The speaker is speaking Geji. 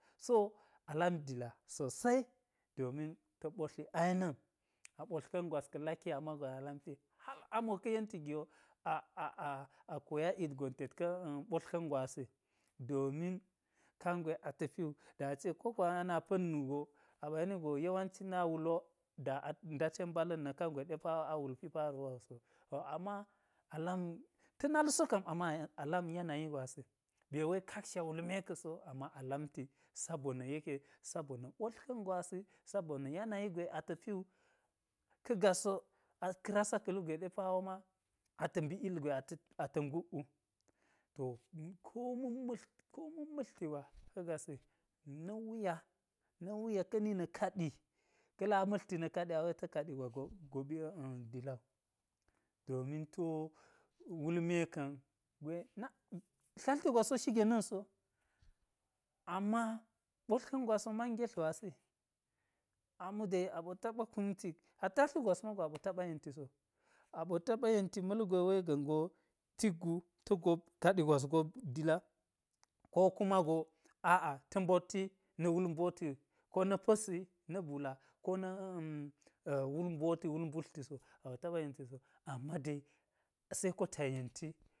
So a lam dila sosai domin ta̱ ɓotli ina̱n. A ɓotlka̱n gwas ka̱ laki a ma wu a lamti, hal a mo ga̱ yenti gi wo a koya ilgon tet ka̱ ɓotlka̱n gwasi domin kangwe ata̱ pi wu. Da ace ko wokko a na pa̱t nugo a ɓa yeni go yawanci na wul wo, da a nda ten mbala̱n kangwe a wul pi paruwa su so. To, ama a lam ta̱ nal so kam ama a lam yanyi gwasi be wei kaksha wulme ka̱ so ama a lamti sabona̱, sabona ɓotlka̱n gwasi, sabona̱ yanayi gwe ata̱ pi wu. Ka̱ gas wo, aka̱ rasa ka̱ lu gwe ɗe pawo ma ata̱ mbi ilgwe ata̱ nguk wu. To, koma̱n ma̱tl koma̱n ma̱tlti gwa ka̱ gasi, na̱ wuya na̱ wuya ka̱ni na̱ kaɗi, ka̱ la ma̱tlti na̱ kaɗi a wei ta̱ ka̱ɗi gwa dop giɓi dila, domin ti wo wulme ka̱n gwe nak, tlalti gwas wo shige na̱n so. Ama ɓoltka̱n gwas so man ngetl gwasi. Ami dei aɓo taɓa kumti, hatta tlu gwas mago aɓo taɓa yenti so. Aɓo taɓa yenti ma̱lgwe wei ga̱n go, tik gu ta̱ gop wei kaɗi gwas gop dila, ko kuma go a'a ta̱ mboti na̱ wul mboti ko na̱ pa̱si na̱ bula, ko na̱ wul mboti wul mbutlti so. Aɓo taɓa yenti so ama dei seko ta yenti